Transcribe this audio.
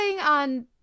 on